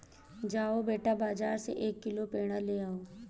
जाओ बेटा, बाजार से एक किलो पेड़ा ले आओ